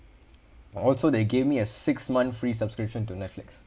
also they gave me a six month free subscription to netflix